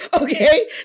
okay